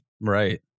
right